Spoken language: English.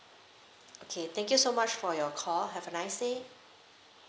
okay thank you so much for your call have a nice day